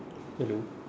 hello